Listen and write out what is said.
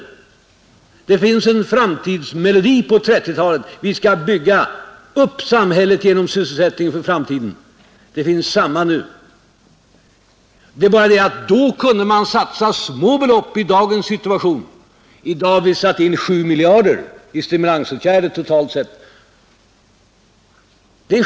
På 1930-talet fanns det en melodi om att bygga framtidens samhälle genom att ge sysselsättning åt människorna. Vi har samma framtidsmelodi nu. Det är bara det, att då räckte det att satsa små belopp, men i dagens situation har vi satt in 7 miljarder i stimulansåtgärder, totalt sett.